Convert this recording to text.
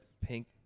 pink